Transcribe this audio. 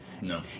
No